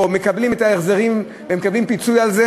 או יקבלו את ההחזרים ומקבלים פיצוי על זה,